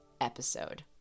episode